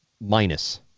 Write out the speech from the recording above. minus